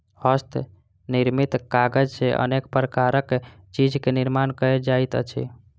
हस्त निर्मित कागज सॅ अनेक प्रकारक चीज के निर्माण कयल जाइत अछि